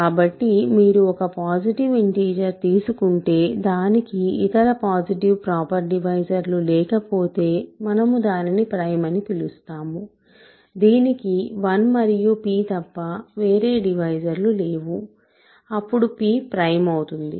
కాబట్టి మీరు ఒక పాజిటివ్ ఇంటిజర్ తీసుకుంటే దానికి ఇతర పాసిటివ్ ప్రాపర్ డివైజర్లు లేకపోతే మనము దానిని ప్రైమ్ అని పిలుస్తాము దీనికి 1 మరియు p తప్ప వేరే డివైజర్లు లేవు అప్పుడు p ప్రైమ్ అవుతుంది